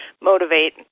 motivate